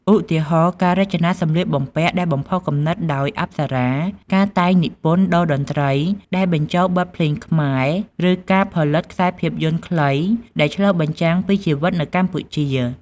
ឧទាហរណ៍ ការរចនាសម្លៀកបំពាក់ដែលបំផុសគំនិតដោយអប្សរា ការតែងនិពន្ធតូរ្យតន្ត្រីដែលបញ្ចូលបទភ្លេងខ្មែរ ឬការផលិតខ្សែភាពយន្តខ្លីដែលឆ្លុះបញ្ចាំងពីជីវិតនៅកម្ពុជា។